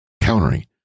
countering